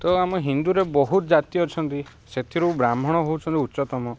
ତ ଆମ ହିନ୍ଦୁରେ ବହୁତ ଜାତି ଅଛନ୍ତି ସେଥିରୁ ବ୍ରାହ୍ମଣ ହେଉଛନ୍ତି ଉଚ୍ଚତମ